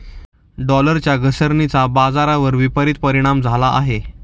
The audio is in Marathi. डॉलरच्या घसरणीचा बाजारावर विपरीत परिणाम झाला आहे